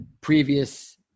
previous